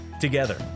Together